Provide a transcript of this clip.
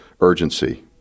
urgency